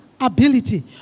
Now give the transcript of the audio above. ability